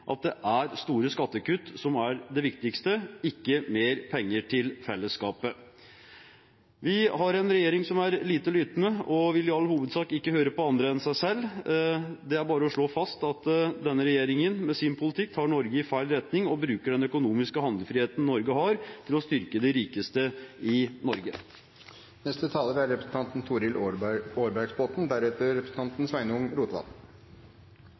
at det er store skattekutt som er det viktigste, ikke mer penger til fellesskapet. Vi har en regjering som er lite lyttende, og som i all hovedsak ikke vil høre på andre enn seg selv. Det er bare å slå fast at denne regjeringen med sin politikk tar Norge i feil retning og bruker den økonomiske handlefriheten Norge har, til å styrke de rikeste i Norge. For de fleste av oss er